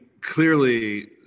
clearly